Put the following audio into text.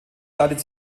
leitet